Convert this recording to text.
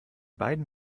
beiden